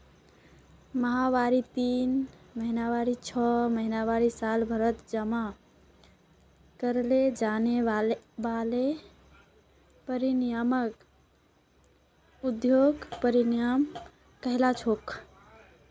महिनावारी तीन महीनावारी छो महीनावारी सालभरत जमा कराल जाने वाला प्रीमियमक अवधिख प्रीमियम कहलाछेक